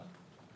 "תיקון